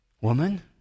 Woman